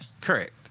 Correct